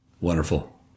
Wonderful